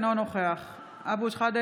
אינו נוכח סמי אבו שחאדה,